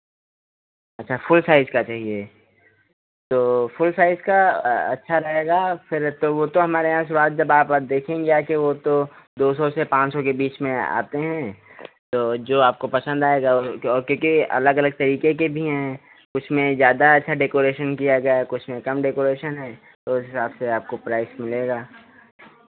अच्छा full size का चाहिये तो फुल साइज़ का अच्छा रहेगा फिर तो वो तो हमारे यहाँ से जब आप देखेंगे आके वो तो दो सौ से पाँच सौ के बीच में आते हैं तो जो आपको पसंद आएगा और क्योंकि अलग अलग तरीके के भी हैं उसमें ज़्यादा अच्छा डेकोरेशन किया जाए कुछ में कम डेकोरेशन हैं तो उस हिसाब से प्राइस मिलेगा